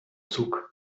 zug